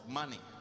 money